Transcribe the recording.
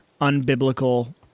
unbiblical